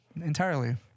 entirely